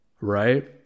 right